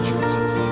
Jesus